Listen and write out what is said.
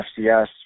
FCS